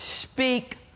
speak